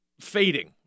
fading